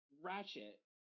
Ratchet